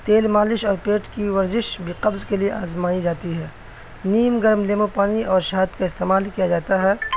تیل مالش اور پیٹ کی ورزش بھی قبض کے لیے آزمائی جاتی ہے نیم گرم لیمو پانی اور شہد کا استعمال کیا جاتا ہے